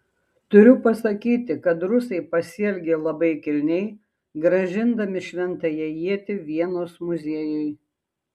turiu pasakyti kad rusai pasielgė labai kilniai grąžindami šventąją ietį vienos muziejui